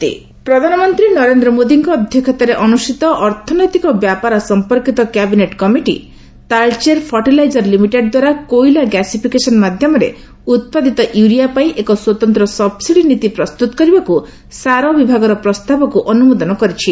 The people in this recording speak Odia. ତାଲଚେର ଫର୍ଟିଲାଇଜର ଲିମିଟେଡ୍ ପ୍ରଧାନମନ୍ତ୍ରୀ ନରେନ୍ଦ୍ର ମୋଦୀଙ୍କ ଅଧ୍ୟକ୍ଷତାରେ ଅନୁଷ୍ଠିତ ଅର୍ଥନୈତିକ ବ୍ୟାପାର ସମ୍ପର୍କୀତ cabinet committee Talcher fertiliser limited ଦ୍ୱାରା କୋଇଲା ଗ୍ୟାସିଫିକେସନ୍ ମାଧ୍ୟମରେ ଉତ୍ପାଦିତ ୟୁରିଆ ପାଇଁ ଏକ ସ୍ୱତନ୍ତ୍ର ସବ୍ସିଡି ନୀତି ପ୍ରସ୍ତୁତ କରିବାକୁ ସାର ବିଭାଗର ପ୍ରସ୍ତାବକୁ ଅନୁମୋଦନ କରିଛି